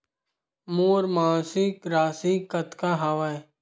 मोर मासिक राशि कतका हवय?